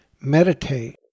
meditate